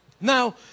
Now